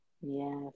Yes